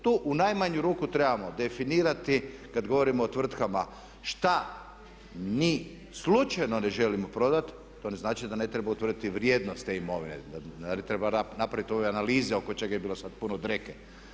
Tu u najmanju ruku trebao definirati kad govorimo o tvrtkama šta ni slučajno ne želimo prodati, to ne znači da ne treba utvrditi vrijednost te imovine, da ne treba napraviti ove analize oko čega je bilo sad puno dreke.